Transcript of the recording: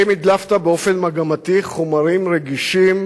האם הדלפת באופן מגמתי חומרים רגישים